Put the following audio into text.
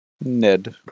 Ned